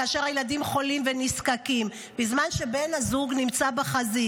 כאשר הילדים חולים ונזקקים בזמן שבן הזוג נמצא בחזית.